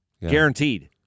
Guaranteed